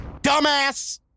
Dumbass